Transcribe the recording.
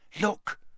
Look